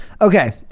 okay